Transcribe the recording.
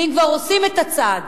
ואם כבר עושים את הצעד